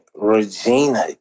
Regina